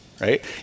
right